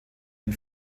den